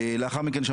לאחר מכן,